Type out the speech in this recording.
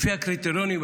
לפי הקריטריונים.